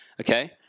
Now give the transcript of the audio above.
Okay